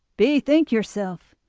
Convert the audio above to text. bethink yourself,